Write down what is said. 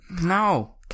No